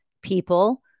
people